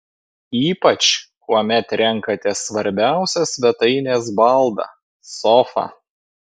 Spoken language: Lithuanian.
ypač kuomet renkatės svarbiausią svetainės baldą sofą